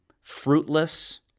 fruitless